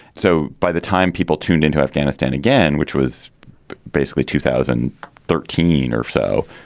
so by the time people tuned into afghanistan again, which was basically two thousand thirteen or so,